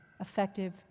effective